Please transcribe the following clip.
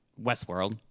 Westworld